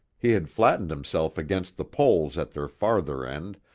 he had flattened himself against the poles at their farther end,